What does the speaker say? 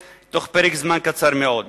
בתוך פרק זמן קצר מאוד.